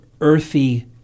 earthy